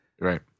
right